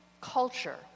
culture